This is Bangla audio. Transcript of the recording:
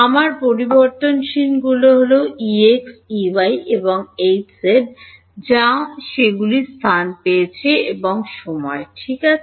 আমার পরিবর্তনশীলগুলি হল প্রাক্তন Ey Hz যা সেগুলি স্থান এবং সময় ঠিক আছে